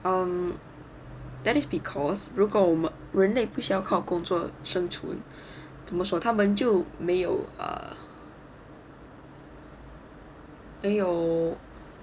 um that is because 如果我们人类不需要工作生存怎么说他们就没有 err 没有